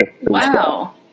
wow